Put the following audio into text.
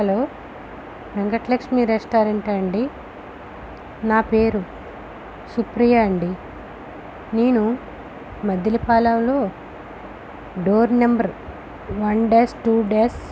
hello Venkatalakshmi రెస్టారెంట్టా అండి నా పేరు సుప్రియ అండి నేను మద్దిలపాలెంలో door number one dash two dash